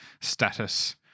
status